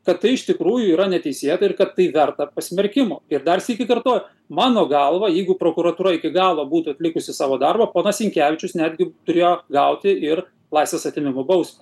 kad tai iš tikrųjų yra neteisėta ir kad tai verta pasmerkimo ir dar sykį kartoju mano galva jeigu prokuratūra iki galo būtų atlikusi savo darbą ponas sinkevičius netgi turėjo gauti ir laisvės atėmimo bausmę